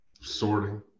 sorting